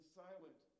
silent